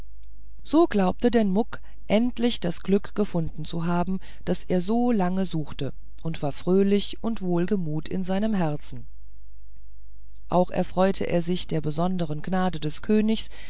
so glaubte denn muck endlich das glück gefunden zu haben das er so lange suchte und war fröhlich und wohlgemut in seinem herzen auch erfreute er sich der besonderen gnade des königes